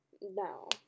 No